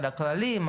על הכללים,